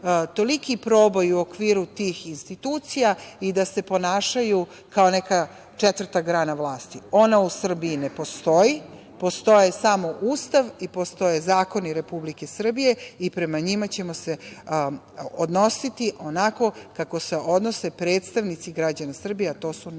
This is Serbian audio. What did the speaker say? toliki proboj u okviru tih institucija i da se ponašaju kao neka četvrta grana vlasti. Ona u Srbiji ne postoji, postoji samo Ustav i postoje zakoni Republike Srbije i prema njima ćemo se odnositi onako kako se odnose predstavnici građana Srbije, a to su narodni